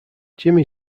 jimmy